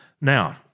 Now